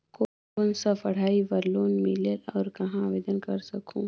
कोन कोन सा पढ़ाई बर लोन मिलेल और कहाँ आवेदन कर सकहुं?